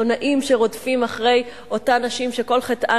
הטרדה של עיתונאים שרודפים אחרי אותן נשים שכל חטאן